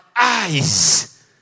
eyes